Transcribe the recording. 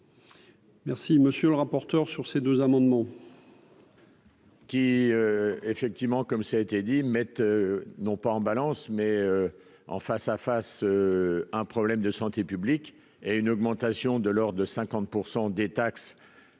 Merci, monsieur le rapporteur sur ces deux amendements.